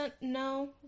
no